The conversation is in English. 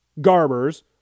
Garbers